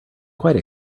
quite